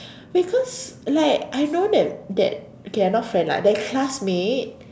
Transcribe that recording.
because like I know that that okay not friend lah that classmate